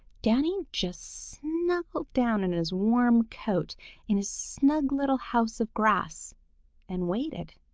danny just snuggled down in his warm coat in his snug little house of grass and waited.